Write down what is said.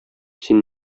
син